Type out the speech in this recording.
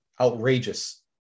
outrageous